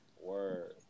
Word